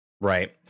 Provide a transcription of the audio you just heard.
right